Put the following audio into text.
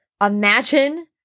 imagine